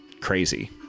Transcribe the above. crazy